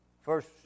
first